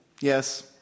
yes